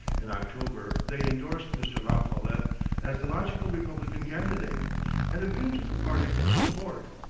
in october they indorsed mr. la follette as the logical republican candidate and appealed to the party for support.